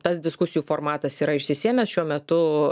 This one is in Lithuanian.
tas diskusijų formatas yra išsisėmęs šiuo metu